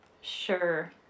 Sure